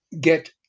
get